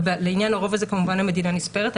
לעניין הרוב הזה כמובן המדינה נספרת,